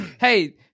hey